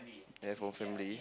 have for family